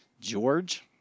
George